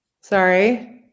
Sorry